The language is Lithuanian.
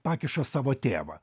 pakiša savo tėvą